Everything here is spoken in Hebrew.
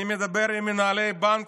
אני מדבר עם מנהלי בנקים,